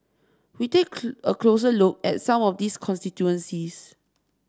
we take a closer look at some of these constituencies